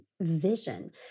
vision